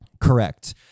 Correct